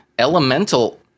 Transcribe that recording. elemental